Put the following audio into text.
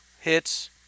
hits